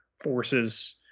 force's